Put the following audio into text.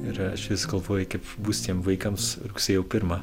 ir aš vis galvoju kaip bus tiem vaikams rugsėjo pirmą